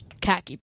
khaki